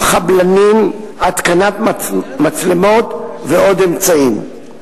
חבלנים, התקנת מצלמות ועוד אמצעים.